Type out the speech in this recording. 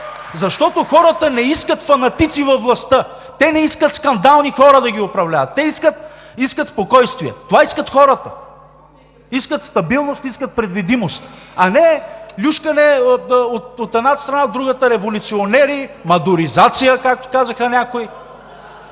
Защото хората не искат фанатици във властта. Те не искат да ги управляват скандални хора. Те искат спокойствие. Това искат хората. Искат стабилност, искат предвидимост, а не люшкане от едната страна в другата, революционери, Мадуризация, както казаха някои.